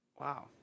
Wow